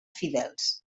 fidels